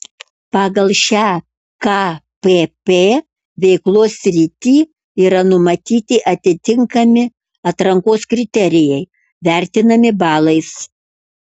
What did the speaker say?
pagal šią kpp veiklos sritį yra numatyti atitinkami atrankos kriterijai vertinami balais